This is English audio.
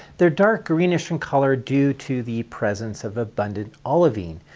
they are dark greenish in color due to the presence of abundant olivine,